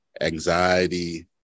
anxiety